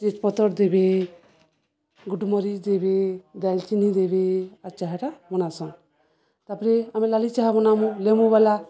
ତେଜ ପତର ଦେବେ ଗୁଡ଼ମରିଚ ଦେବି ଦାଲଚିନି ଦେବି ଆର୍ ଚାହାଟା ବନାସନ୍ ତାପରେ ଆମେ ଲାଲି ଚାହା ବନାମୁ ଲେମ୍ବୁବାଲା